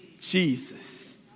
Jesus